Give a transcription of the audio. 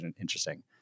interesting